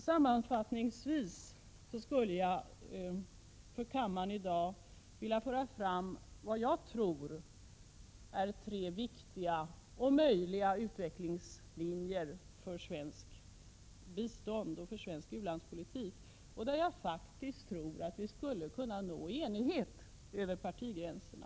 Sammanfattningsvis vill jag inför kammaren i dag föra fram vad jag menar är tre viktiga och möjliga utvecklingslinjer för svensk u-landspolitik och svenskt bistånd. Jag tror att vi på dessa punkter skulle kunna nå enighet över partigränserna.